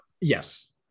yes